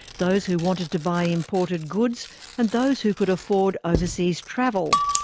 those who wanted to buy imported goods and those who could afford overseas travel.